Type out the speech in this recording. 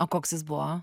o koks jis buvo